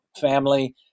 family